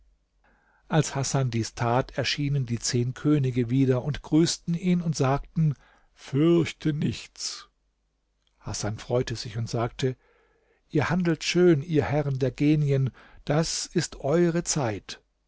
als hasan dies tat erschienen die zehn könig wieder und grüßten ihn und sagten fürchte nichts hasan freute sich und sagte ihr handelt schön ihr herren der genien das ist eure zeit